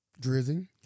Drizzy